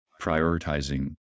prioritizing